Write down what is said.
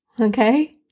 Okay